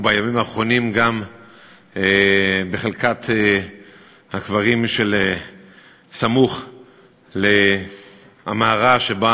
ובימים האחרונים גם בחלקת הקברים שבסמוך למערה שבה